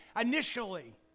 initially